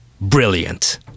Brilliant